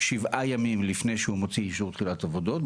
שבעה ימים לפני שהוא מוציא אישור תחילת עבודות.